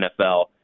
NFL